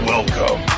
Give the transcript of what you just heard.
Welcome